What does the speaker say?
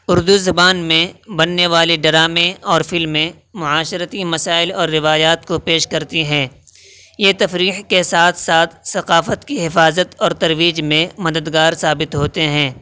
اردو زبان میں بننے والے ڈرامے اور فلمیں معاشرتی مسائل اور روایات کو پیش کرتی ہیں یہ تفریح کے ساتھ ساتھ ثقافت کی حفاظت اور ترویج میں مددگار ثابت ہوتے ہیں